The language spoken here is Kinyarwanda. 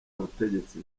butegetsi